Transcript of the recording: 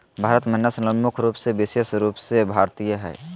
भारत में नस्ल मुख्य रूप से विशेष रूप से भारतीय हइ